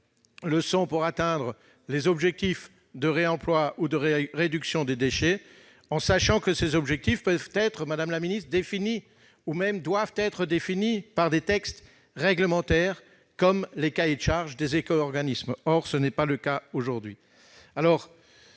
le sont pour atteindre les objectifs de réemploi ou de réduction des déchets, sachant que ces objectifs peuvent être définis par des textes réglementaires, comme les cahiers des charges des éco-organismes. Or ce n'est pas le cas aujourd'hui.